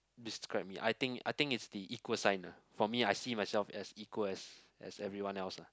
describe me I think I think is the equal sign lah for me I see myself as equal as as everyone else lah